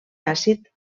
àcid